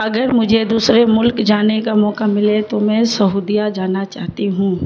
اگر مجھے دوسرے ملک جانے کا موقع ملے تو میں سعودیہ جانا چاہتی ہوں